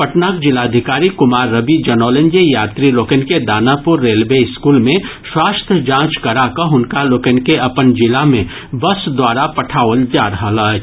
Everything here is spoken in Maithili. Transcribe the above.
पटनाक जिलाधिकारी कुमार रवि जनौलनि जे यात्री लोकनि के दानापुर रेलवे स्कूल मे स्वास्थ्य जांच करा कऽ हुनका लोकनि के अपन जिला मे बस द्वारा पठाओल जा रहल अछि